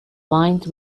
lined